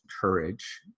courage